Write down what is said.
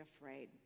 afraid